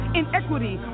inequity